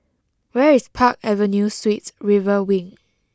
where is Park Avenue Suites River Wing